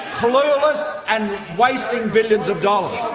clueless and wasting billions of dollars.